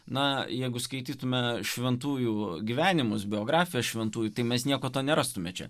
na jeigu skaitytume šventųjų gyvenimus biografiją šventųjų tai mes nieko to nerastumėme čia